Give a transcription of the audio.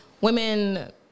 women